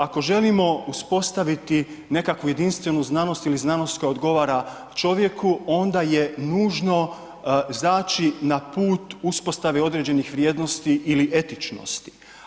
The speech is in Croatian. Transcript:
Ako želimo uspostaviti nekakvu jedinstvenu znanost ili znanost koja odgovara čovjeku, onda je nužno zaći na put uspostave određenih vrijednosti ili etičnosti.